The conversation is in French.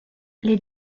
les